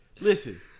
Listen